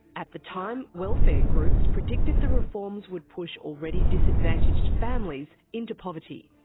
at the time, welfare groups predicted the reforms would push already disadvantaged families into poverty.